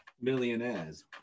millionaires